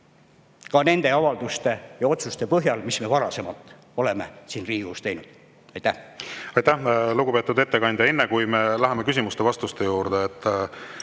ka nende avalduste ja otsuste põhjal, mis me varasemalt oleme siin Riigikogus teinud. Aitäh! Aitäh! Lugupeetud ettekandja, enne kui me läheme küsimuste ja vastuste juurde,